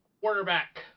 quarterback